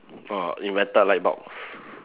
err invented light bulbs